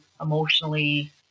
emotionally